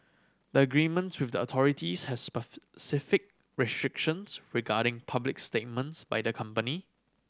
the agreements with the authorities has specific restrictions regarding public statements by the company